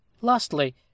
Lastly